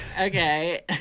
Okay